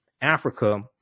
africa